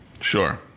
Sure